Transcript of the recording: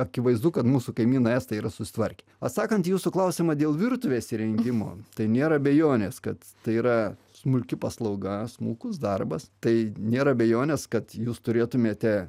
akivaizdu kad mūsų kaimynai estai yra susitvarkę atsakant į jūsų klausimą dėl virtuvės įrengimo tai nėra abejonės kad tai yra smulki paslauga smulkus darbas tai nėra abejonės kad jūs turėtumėte